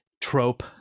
trope